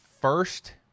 first